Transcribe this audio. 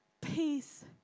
Peace